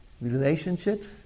relationships